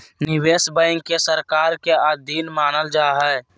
निवेश बैंक के सरकार के अधीन मानल जा हइ